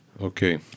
Okay